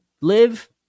Live